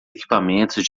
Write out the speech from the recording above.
equipamentos